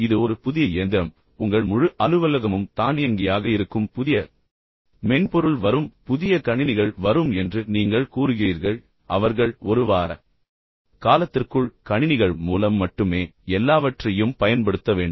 இது ஒரு புதிய இயந்திரம் என்று வைத்துக்கொள்வோம் அல்லது உங்கள் முழு அலுவலகமும் தானியங்கியாக இருக்கும் புதிய மென்பொருள் வரும் புதிய கணினிகள் வரும் என்று நீங்கள் கூறுகிறீர்கள் அவர்கள் ஒரு வார காலத்திற்குள் கணினிகள் மூலம் மட்டுமே எல்லாவற்றையும் பயன்படுத்த வேண்டும்